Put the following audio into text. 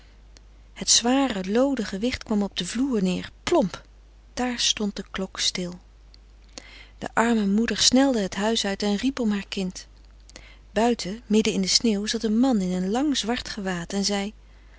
het zware looden gewicht kwam op den vloer neer plomp daar stond de klok stil de arme moeder snelde het huis uit en riep om haar kind buiten midden in de sneeuw zat een man in een lang zwart gewaad en zei